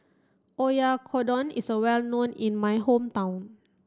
Oyakodon is well known in my hometown